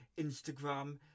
Instagram